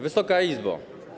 Wysoka Izbo!